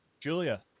Julia